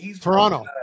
Toronto